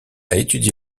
étudié